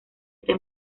este